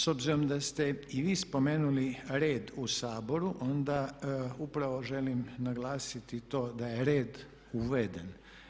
S obzirom da ste i vi spomenuli red u Saboru onda upravo želim naglasiti to da je red uveden.